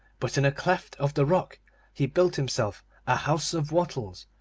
but in a cleft of the rock he built himself a house of wattles,